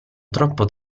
troppo